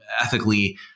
ethically